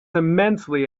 immensely